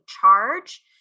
charge